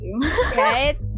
Right